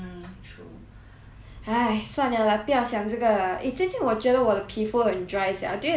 !hais! 算了 lah 不要想这个 eh 我觉得我的皮肤很 dry sia do you have any skincare to recommend